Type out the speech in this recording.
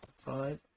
five